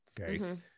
okay